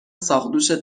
ساقدوشت